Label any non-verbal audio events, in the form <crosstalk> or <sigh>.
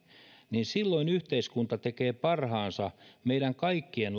niin silloin yhteiskunta tekee parhaansa meidän kaikkien <unintelligible>